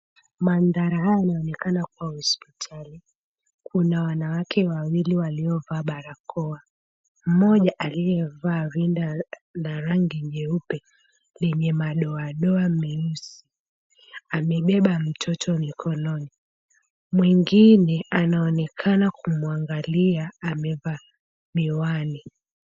Mandhara haya yanaonekana kuwa ya hospitali. Kuna wanawake wawili waliovaa barakoa, mmoja aliyevaa na rangi nyeupe lenye madoadoa meusi amebeba mtoto mikononi. Mwingine anaonekana kumwangalia amevaa miwani.